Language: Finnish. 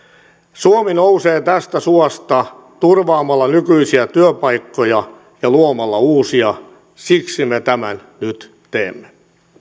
suomi nousee tästä suosta turvaamalla nykyisiä työpaikkoja ja luomalla uusia siksi me tämän nyt teemme